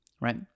right